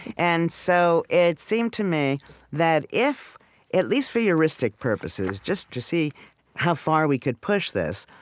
and so it seemed to me that if at least for heuristic purposes, just to see how far we could push this,